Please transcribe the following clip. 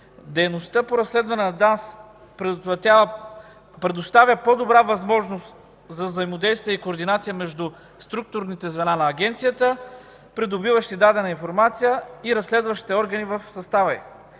Дейността по разследване на ДАНС предоставя по-добра възможност за взаимодействие и координация между структурните звена на Агенцията, придобиващи дадена информация и разследващите органи в състава й,